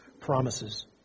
promises